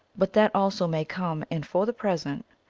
but that also may come, and for the present,